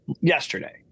yesterday